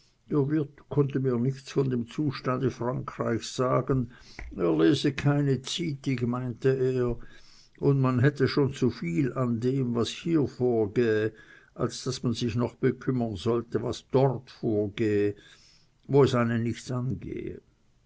wirt konnte mir nichts von dem zustande frankreichs sagen er lese keine zytig meinte er und man hätte schon zu viel an dem was hier vorgehe als daß man sich noch darum bekümmern sollte was dort vorgehe wo es einen nichts angehe